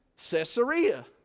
Caesarea